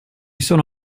sono